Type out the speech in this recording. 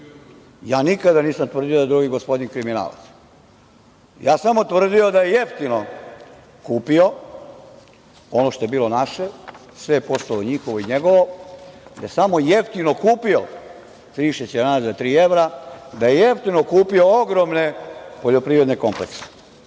Ja nikada nisam tvrdio da je drugi gospodin kriminalac. Ja sam tvrdio da je jeftino kupio ono što je bilo naše i sve je postalo njihovo i njegovo, da je samo jeftino kupio tri šećerane za tri evra, da je jeftino kupio ogromne poljoprivredne komplekse. Kada